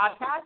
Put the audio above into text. Podcast